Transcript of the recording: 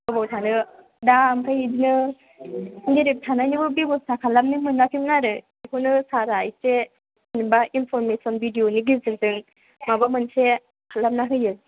बबाव थानो दा ओमफ्राय बिदिनो रिलिफ थानायनिबो बेबस्था खालामनो मोनाखैमोन आरो बेखौनो सारा इसे जेनेबा इन्फरमेशन बि डि अ नि गेजेरजों माबा मोनसे खालामना होयो